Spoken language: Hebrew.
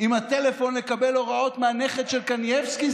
עם הטלפון ויקבל הוראות מהנכד של קנייבסקי?